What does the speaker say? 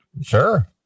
Sure